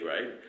right